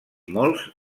molts